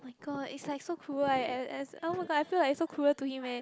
my god it's like so cruel eh I feel like it's so cruel to him eh